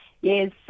Yes